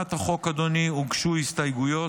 להצעת החוק הוגשו הסתייגויות.